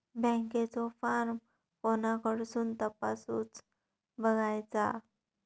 बँकेचो फार्म कोणाकडसून तपासूच बगायचा?